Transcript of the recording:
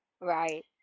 Right